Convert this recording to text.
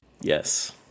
Yes